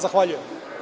Zahvaljujem.